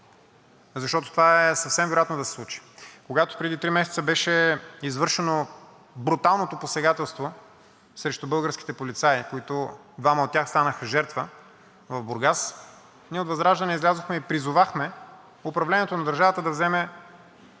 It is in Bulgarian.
Защото това е съвсем вероятно да се случи. Когато преди три месеца беше извършено бруталното посегателство срещу българските полицаи – двама от тях станаха жертва в Бургас, ние от ВЪЗРАЖДАНЕ излязохме и призовахме управлението на държавата да вземе